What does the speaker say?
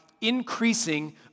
increasing